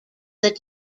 that